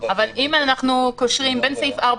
אבל אם אנחנו קושרים בין סעיף 4,